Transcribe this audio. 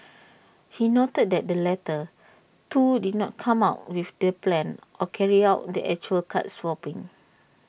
he noted that the latter two did not come up with the plan or carry out the actual card swapping